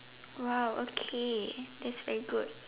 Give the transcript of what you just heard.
!wow! okay that's very good